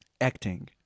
acting